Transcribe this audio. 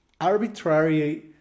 arbitrary